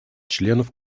членов